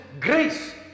grace